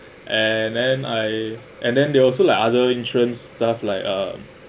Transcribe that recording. and then I and then they also like other insurance stuff like uh